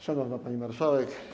Szanowna Pani Marszałek!